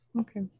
Okay